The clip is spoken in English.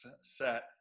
set